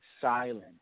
silent